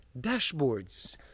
dashboards